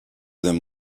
them